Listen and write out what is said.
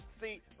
See